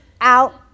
out